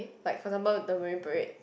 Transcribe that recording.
like for example the Marine-Parade